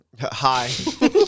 Hi